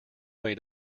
way